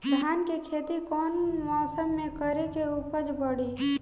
धान के खेती कौन मौसम में करे से उपज बढ़ी?